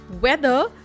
weather